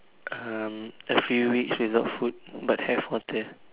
um a few weeks without food but have water